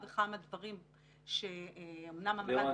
ליאורה,